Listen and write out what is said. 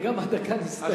גם הדקה נסתיימה.